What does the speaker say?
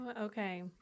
Okay